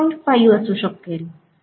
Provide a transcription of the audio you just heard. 85 असू शकेल